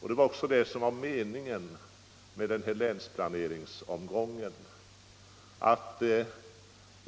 Det var också det som var meningen med denna länsplaneringsomgång.